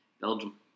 Belgium